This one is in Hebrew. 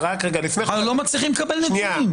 אנחנו לא מצליחים לקבל נתונים.